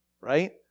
right